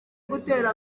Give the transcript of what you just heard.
gutera